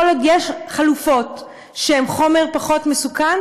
כל עוד יש חלופות שהן חומר פחות מסוכן,